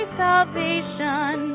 salvation